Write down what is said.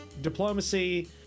diplomacy